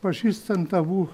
pažįstant abu